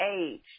age